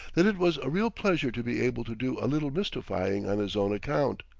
that it was a real pleasure to be able to do a little mystifying on his own account.